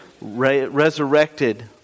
resurrected